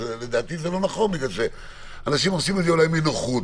כי אנשים עושים את זה מנוחות,